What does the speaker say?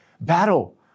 battle